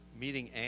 meeting